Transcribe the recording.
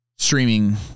streaming